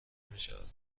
میشود